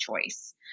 choice